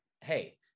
Hey